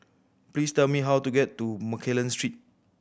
please tell me how to get to Mccallum Street